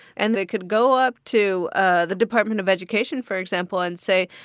and they could go up to ah the department of education, for example, and say,